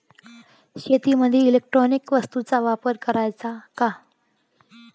शेतीमंदी इलेक्ट्रॉनिक वस्तूचा वापर कराचा का?